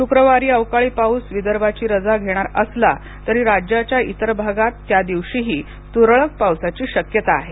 शुक्रवारी अवकाळी पाऊस विदर्भाची रजा घेणार असला तरी राज्याच्या इतर भागात त्या दिवशीही तुरळक पावसाची शक्यता आहे